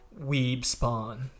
weebspawn